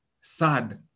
sad